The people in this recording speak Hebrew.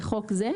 בחוק זה,